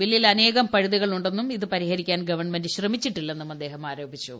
ബില്ലിൽ അനേകം പഴുതുകൾ ഉ െ ന്നും ഇത് പരിഹരിക്കാൻ ഗവൺമെന്റ ശ്രമിച്ചിട്ടില്ലെന്നും അദ്ദേഹം ആരോപിച്ചു